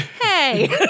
Hey